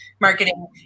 marketing